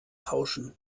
tauschen